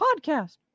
podcast